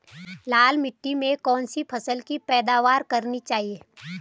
लाल मिट्टी में कौन सी फसल की पैदावार करनी चाहिए?